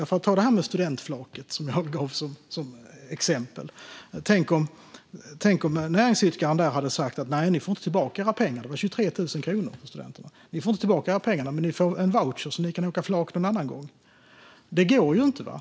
Jag tog studentflak som exempel. Tänk om den näringsidkaren hade sagt till studenterna: "Nej, ni får inte tillbaka era pengar". Det var 23 000 kronor. "Men ni får en voucher så att ni kan åka flak en annan gång." Det går ju inte.